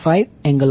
87 37